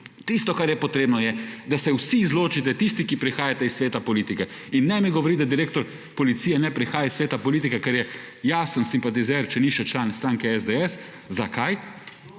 tisto, kar je potrebno, je, da se vsi izločite tisti, k prihajate iz sveta politike. In ne mi govoriti, da direktor policije ne prihaja iz sveta politike, ker je jasen simpatizer, če ni še član stranke SDS. Zakaj?